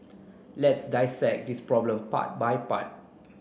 let's dissect this problem part by part